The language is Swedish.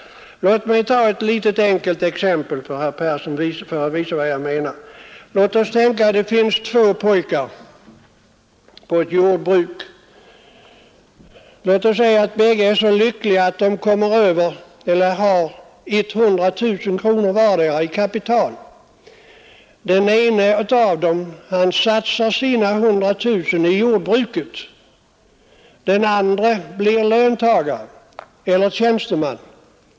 Låt mig ta ett enkelt exempel för att visa herr Persson vad jag menar. Låt oss tänka oss att det finns två pojkar på ett jordbruk. Låt säga att båda är så lyckliga att de har 100 000 kronor vardera i kapital. Den ene satsar sina 100 000 kronor i jordbruket. Den andre blir löntagare eller tjänsteman.